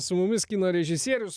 su mumis kino režisierius